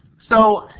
so,